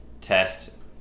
test